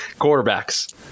quarterbacks